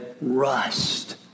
rust